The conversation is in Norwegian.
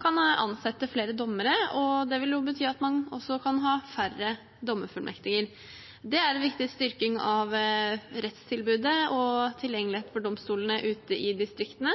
kan ansette flere dommere, og det vil bety at man også kan ha færre dommerfullmektiger. Det er en viktig styrking av rettstilbudet og tilgjengeligheten for domstolene ute i distriktene,